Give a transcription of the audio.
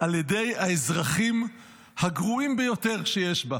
על ידי האזרחים הגרועים ביותר שיש בה,